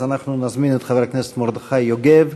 אז אנחנו נזמין את חבר הכנסת מרדכי יוגב,